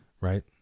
right